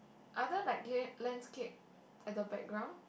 other like la~ landscape at the background